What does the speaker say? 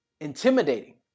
intimidating